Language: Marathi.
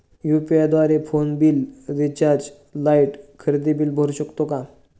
यु.पी.आय द्वारे फोन बिल, रिचार्ज, लाइट, खरेदी बिल भरू शकतो का?